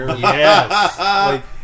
Yes